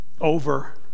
over